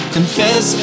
Confess